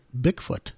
Bigfoot